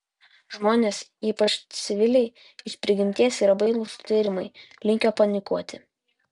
žmonės ypač civiliai iš prigimties yra bailūs sutvėrimai linkę panikuoti